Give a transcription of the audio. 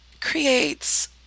creates